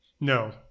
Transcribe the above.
No